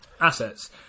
assets